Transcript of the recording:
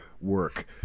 work